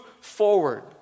forward